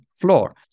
floor